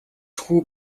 хүү